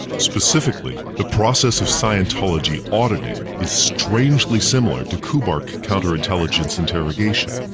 specifically, the process of scientology auditing is strangely similar to kubark counterintelligence interrogation.